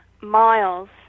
miles